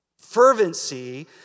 Fervency